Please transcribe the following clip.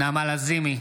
נעמה לזימי,